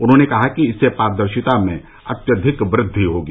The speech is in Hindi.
उन्होंने कहा कि इससे पारदर्शिता में अत्यधिक वृद्धि होगी